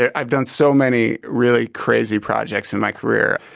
i've done so many really crazy projects in my career.